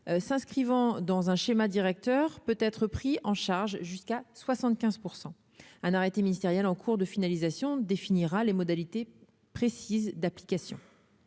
s'inscrivant dans un schéma directeur peut être pris en charge jusqu'à 75 %, un arrêté ministériel en cours de finalisation définira les modalités précises d'application